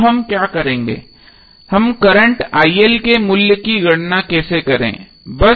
अब हम क्या करेंगे हम करंट के मूल्य की गणना कैसे करेंगे